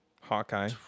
Hawkeye